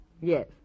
Yes